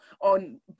on